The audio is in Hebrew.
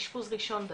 אשפוז ראשון דווקא.